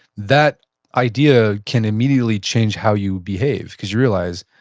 that idea can immediately change how you behave because you realize,